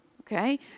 okay